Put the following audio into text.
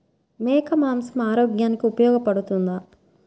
మేక మాంసం ఆరోగ్యానికి ఉపయోగపడుతుందా?